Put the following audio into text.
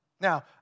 Now